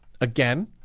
Again